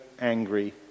angry